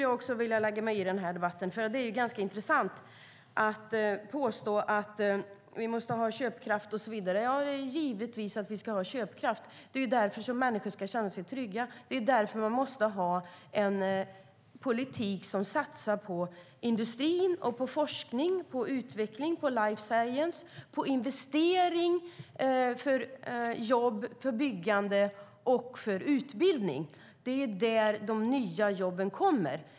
Jag vill lägga mig i debatten, för det är ganska intressant att påstå att vi måste ha köpkraft och så vidare. Ja, givetvis ska vi ha köpkraft. Det är därför människor ska känna sig trygga. Det är därför man måste ha en politik som satsar på industri, forskning, utveckling, life science, investeringar för jobb, byggande och utbildning. Det är där de nya jobben kommer.